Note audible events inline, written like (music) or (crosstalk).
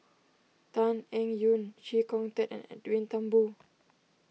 Tan Eng Yoon Chee Kong Tet and Edwin Thumboo (noise)